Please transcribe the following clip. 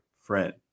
friend